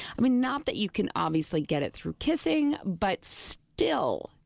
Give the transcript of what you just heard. i mean, not that you can obviously get it through kissing, but still,